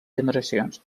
generacions